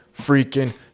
freaking